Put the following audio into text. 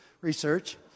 research